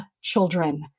children